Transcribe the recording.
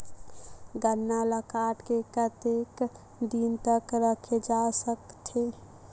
गन्ना ल काट के कतेक दिन तक रखे जा सकथे?